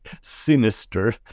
sinister